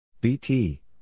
BT